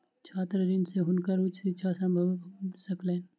छात्र ऋण से हुनकर उच्च शिक्षा संभव भ सकलैन